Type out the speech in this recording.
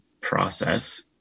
process